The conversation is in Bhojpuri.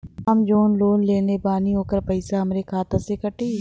हम जवन लोन लेले बानी होकर पैसा हमरे खाते से कटी?